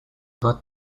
what